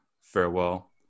Farewell